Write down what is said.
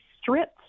strips